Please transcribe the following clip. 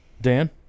dan